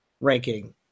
ranking